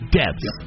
deaths